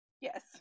Yes